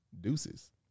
Deuces